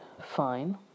Fine